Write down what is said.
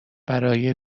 برای